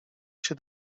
się